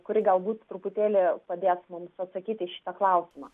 kuri galbūt truputėlį padės mums atsakyti į šitą klausimą